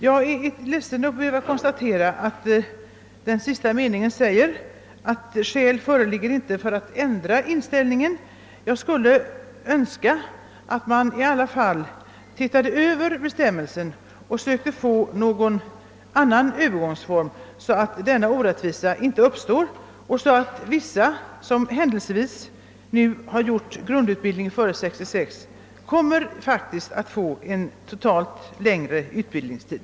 Jag är ledsen att behöva konstatera att statsrådet i den sista meningen av svaret sade att han inte anser det föreligga något skäl för en ändring av inställningen i denna fråga. Jag skulle önska att man i alla fall såge över bestämmelserna och sökte få till stånd en övergångsform som leder till att det inte uppstår en sådan här orättvisa, som ju innebär att vissa som fullgjort grundutbildning före 1966 faktiskt får en totalt sett längre utbildningstid.